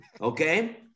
okay